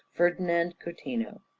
ferdinand coutinho.